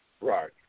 Right